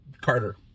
Carter